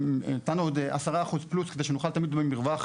נתנו עוד 10%+ כדי שנוכל תמיד --- מרווח,